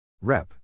Rep